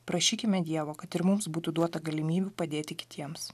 prašykime dievo kad ir mums būtų duota galimybė padėti kitiems